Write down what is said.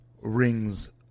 Rings